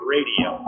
Radio